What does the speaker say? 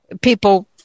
people